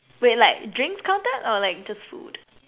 wait like drinks counted or like just food